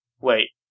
Wait